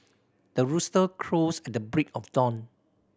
the rooster crows at the break of dawn